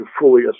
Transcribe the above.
fully